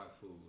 food